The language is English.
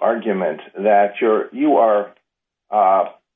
argument that your you are